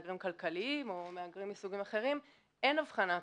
מהגרים כלכליים או מסוגים אחרים, אין הבחנה כזאת.